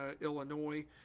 Illinois